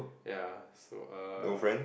ya so err